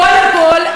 קודם כול,